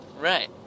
Right